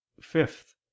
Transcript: Fifth